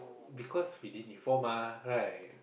because he didn't inform mah right